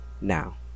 Now